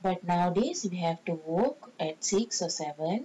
but nowadays we have to work at six or seven